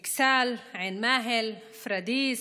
אכסאל, עין מאהל, פוריידיס,